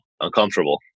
uncomfortable